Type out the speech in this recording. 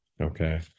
okay